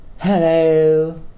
Hello